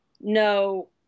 no